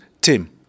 Tim